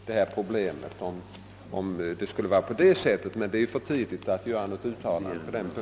Det är som sagt för tidigt att göra nå Zot uttalande härom.